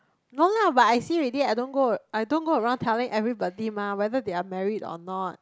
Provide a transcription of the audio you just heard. no lah but I see already I don't go I don't go around telling everybody mah whether they're married or not